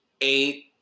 eight